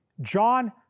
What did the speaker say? John